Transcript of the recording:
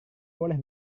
boleh